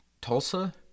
Tulsa